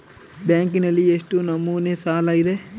ಬ್ಯಾಂಕಿನಲ್ಲಿ ಎಷ್ಟು ನಮೂನೆ ಸಾಲ ಇದೆ?